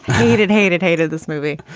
hated, hated, hated this movie.